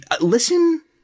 listen